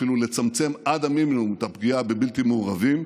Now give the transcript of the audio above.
אפילו לצמצם עד המינימום את הפגיעה בבלתי מעורבים,